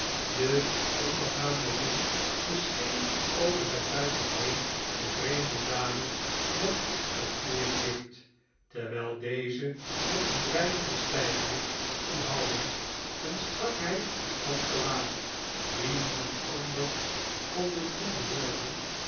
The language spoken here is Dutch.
de ondergaande zon bescheen over het tuinhek heen de vreemde dame met een gloeiend licht terwijl deze met een dreigende stijfheid van houding en strakheid van gelaat die niemand anders konden toebehooren